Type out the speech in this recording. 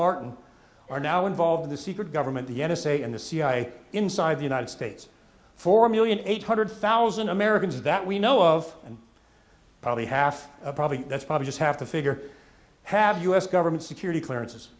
martin are now involved in the secret government the n s a and the cia inside the united states four million eight hundred thousand americans that we know of and probably half of probably that's probably just have to figure have u s government security clearances